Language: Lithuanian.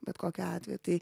bet kokiu atveju tai